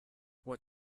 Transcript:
what